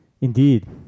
indeed